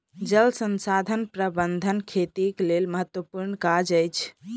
जल संसाधन प्रबंधन खेतीक लेल महत्त्वपूर्ण काज अछि